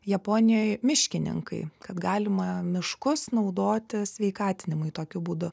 japonijoj miškininkai kad galima miškus naudoti sveikatinimui tokiu būdu